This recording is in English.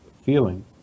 feeling